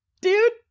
Dude